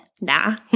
Nah